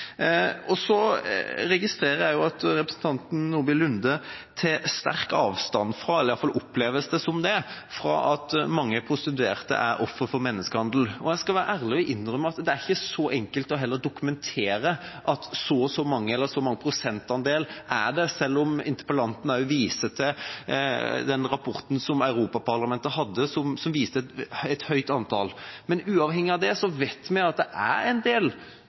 Jeg registrerer at representanten Nordby Lunde tar sterkt avstand fra – i hvert fall oppleves det slik – at mange prostituerte er ofre for menneskehandel. Jeg skal være ærlig og innrømme at det heller ikke er så enkelt å dokumentere at det er så og så mange eller så mange prosentandeler, selv om interpellanten også viser til rapporten fra Europaparlamentet, som viste et høyt antall. Men uavhengig av dette vet vi at det er en del